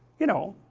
you know